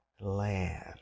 land